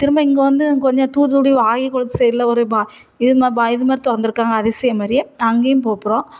திரும்ப இங்கே வந்து கொஞ்சம் தூத்துக்குடி வாகைக்குளத்து சைடில் ஒரு வா இது மா பா இது மாதிரி திறந்திருக்காங்க அதிசயம் மாதிரியே அங்கேயும் போக போகிறோம்